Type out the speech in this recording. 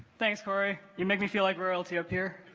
thanks cory you make me feel like royalty up here